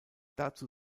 dazu